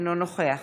אינו נוכח